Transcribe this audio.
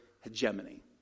hegemony